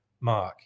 Mark